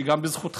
שהוקמה גם בזכותך,